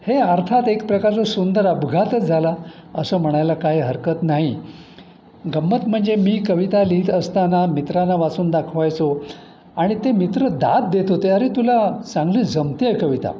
हे अर्थात एक प्रकारचं सुंदर अपघातच झाला असं म्हणायला काय हरकत नाही गंमत म्हणजे मी कविता लिहित असताना मित्रांना वाचून दाखवायचो आणि ते मित्र दाद देतो अरे तुला चांगली जमते आहे कविता